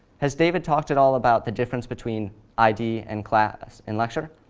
has david talked at all about the difference between id and class in lecture?